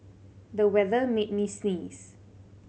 the weather made me sneeze